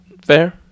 Fair